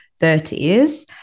30s